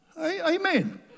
Amen